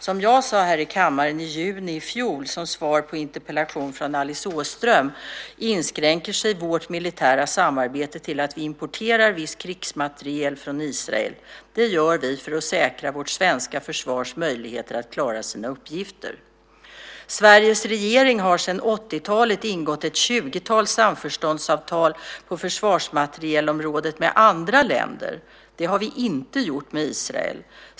Som jag sade här i kammaren i juni i fjol, som svar på en interpellation från Alice Åström, inskränker sig vårt militära samarbete till att vi importerar viss krigsmateriel från Israel. Det gör vi för att säkra vårt svenska försvars möjligheter att klara sina uppgifter. Sveriges regering har sedan 1980-talet ingått ett 20-tal samförståndsavtal på försvarsmaterielområdet med andra länder. Det har vi inte gjort med Israel.